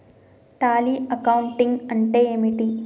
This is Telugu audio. టాలీ అకౌంటింగ్ అంటే ఏమిటి?